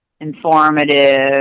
informative